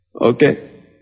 Okay